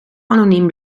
anoniem